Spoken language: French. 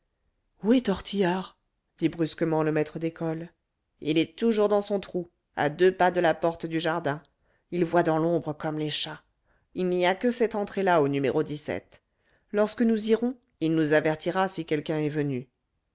est tortillard dit brusquement le maître d'école il est toujours dans son trou à deux pas de la porte du jardin il voit dans l'ombre comme les chats il n'y a que cette entrée là au n lorsque nous irons il nous avertira si quelqu'un est venu